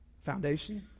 Foundation